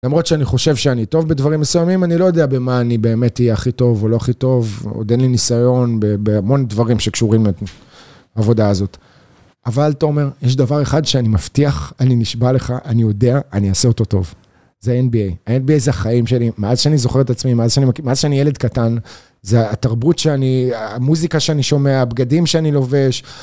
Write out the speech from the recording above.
למרות שאני חושב שאני טוב בדברים מסוימים, אני לא יודע במה אני באמת אהיה הכי טוב או לא הכי טוב, עוד אין לי ניסיון במון דברים שקשורים לעבודה הזאת. אבל תומר, יש דבר אחד שאני מבטיח, אני נשבע לך, אני יודע, אני אעשה אותו טוב. זה NBA. הNBA זה החיים שלי, מאז שאני זוכר את עצמי, מאז שאני ילד קטן, זה התרבות שאני, המוזיקה שאני שומע, הבגדים שאני לובש.